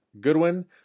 Goodwin